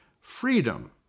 freedom